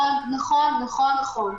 נכון, נכון, נכון.